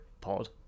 pod